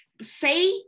say